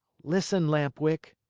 listen, lamp-wick,